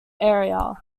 area